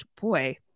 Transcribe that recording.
boy